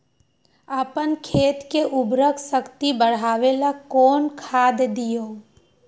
अपन खेत के उर्वरक शक्ति बढावेला कौन खाद दीये?